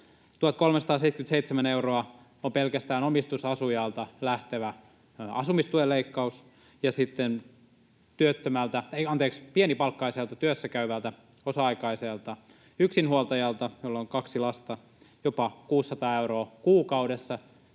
1 377 euroa on pelkästään omistusasujalta lähtevä asumistuen leikkaus, ja sitten pienipalkkaiselta työssäkäyvältä osa-aikaiselta yksinhuoltajalta, jolla on kaksi lasta, jopa 600 euroa kuukaudessa,